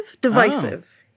divisive